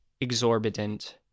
exorbitant